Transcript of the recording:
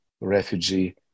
refugee